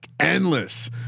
Endless